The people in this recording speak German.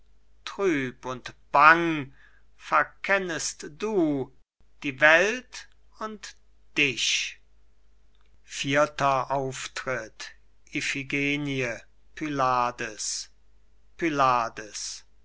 trüb und bang verkennest du die welt und dich vierter auftritt iphigenie pylades pylades